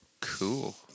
Cool